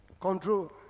Control